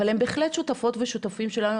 אבל הם בהחלט שותפות ושותפים שלנו,